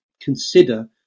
consider